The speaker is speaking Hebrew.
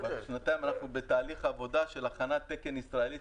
כבר שנתיים אנחנו בתהליך עבודה של הכנסת תקן ישראלי.